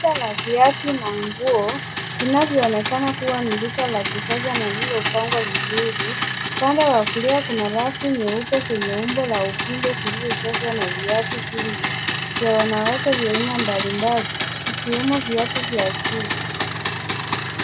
Duka la viatu na nguo inavyoonekana kuwa ni duka la kisasa na lililopangwa vizuri. Upande wa kulia kuna rafu nyeupe zenye umbo la upinde zilizojazwa na viatu vingi vya wanawake vya aina mbalimbali ikiwemo viatu vya juu.